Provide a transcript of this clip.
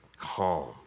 calm